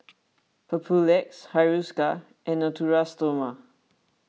Papulex Hiruscar and Natura Stoma